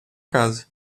casa